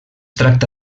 tracta